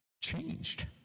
changed